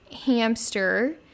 hamster